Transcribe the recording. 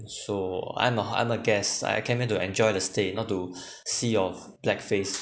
so I'm a I'm a guests I came here to enjoy the stay not to see of black face